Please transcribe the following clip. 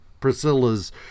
Priscilla's